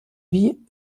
wie